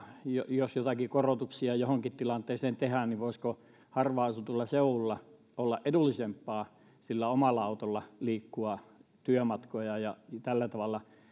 jos jotakin korotuksia johonkin tilanteeseen tehdään niin voisiko harvaan asutulla seudulla olla edullisempaa sillä omalla autolla liikkua työmatkoja tällä tavalla